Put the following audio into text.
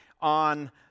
on